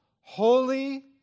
holy